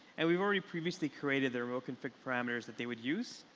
and we've already previously created the remote config parameters that they would use,